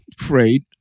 afraid